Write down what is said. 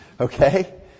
Okay